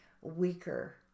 weaker